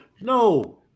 No